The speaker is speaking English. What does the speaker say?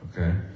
okay